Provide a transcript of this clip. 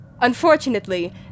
Unfortunately